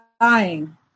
dying